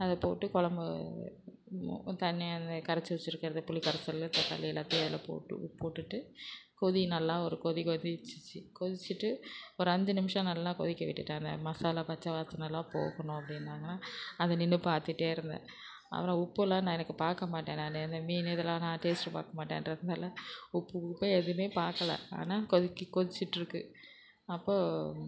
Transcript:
அதை போட்டு குலம்பு தண்ணியை அந்த கரைச்சி வச்சிருக்கறதை புளிக்கரைசல் தக்காளி எல்லாத்தையும் அதில் போட்டு உப்பு போட்டுவிட்டு கொதி நல்லா ஒரு கொதி கொதிச்சிச்சு கொதிச்சிட்டு ஒரு அஞ்சு நிமிஷம் நல்லா கொதிக்க விட்டுவிட்டேன் அந்த மசாலா பச்ச வாசனைலாம் போகணும் அப்படின்னாங்க அதை நின்று பார்த்துட்டே இருந்தேன் அப்புறம் உப்புலாம் நான் எனக்கு பார்க்கமாட்டேன் நான் அந்த மீன் இதெல்லாம் நான் டேஸ்ட்டு பார்க்கமாட்டேன்றதுனால உப்பு கிப்பு எதுவுமே பார்க்கல ஆனால் கொதிக்க கொதிச்சிட்டுருக்கு அப்போ